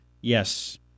Yes